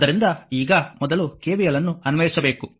ಆದ್ದರಿಂದ ಈಗ ಮೊದಲು KVL ಅನ್ನು ಅನ್ವಯಿಸಬೇಕು